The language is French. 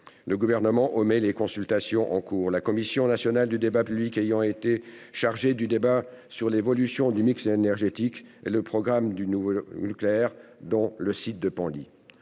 le Gouvernement omet les consultations en cours, la Commission nationale du débat public ayant été chargée du débat portant sur l'évolution du mix énergétique et sur le programme du nouveau nucléaire, dont le site de Penly.